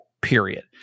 period